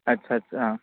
ਅੱਛਾ ਅੱਛਾ